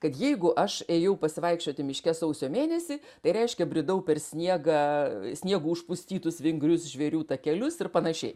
kad jeigu aš ėjau pasivaikščioti miške sausio mėnesį tai reiškia bridau per sniegą sniegu užpustytus vingrius žvėrių takelius ir panašiai